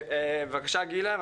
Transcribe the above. בבקשה גילה.